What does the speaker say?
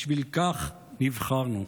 בשביל כך נבחרנו.